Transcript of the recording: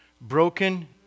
broken